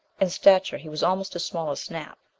in stature he was almost as small as snap.